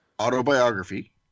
Autobiography